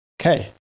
Okay